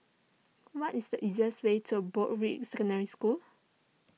what is the easiest way to Broadrick Secondary School